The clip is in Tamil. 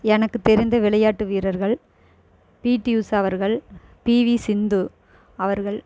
எனக்கு தெரிந்த விளையாட்டு வீரர்கள் பீடி உஷா அவர்கள் பிவி சிந்து அவர்கள்